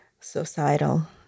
societal